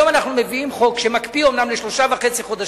היום אנחנו מביאים חוק שמקפיא אומנם לשלושה חודשים וחצי,